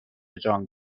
جان